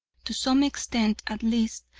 to some extent at least,